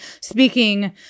speaking